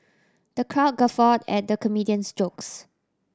the crowd guffaw at the comedian's jokes